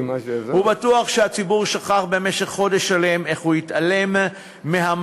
הוא בטוח שהציבור שכח איך במשך חודש שלם הוא התעלם מהמשבר